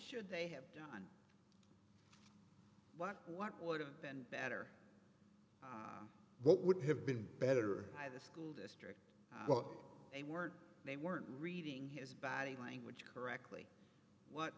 should they have what what would have been better what would have been better by the school well they weren't they weren't reading his body language correctly what